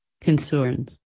concerns